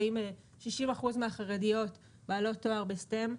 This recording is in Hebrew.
60% מהחרדיות הן בעלות תואר ב-STEM.